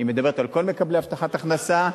היא מדברת על כל מקבלי הבטחת הכנסה.